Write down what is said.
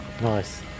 Nice